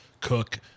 cook